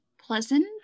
pleasant